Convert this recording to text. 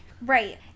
Right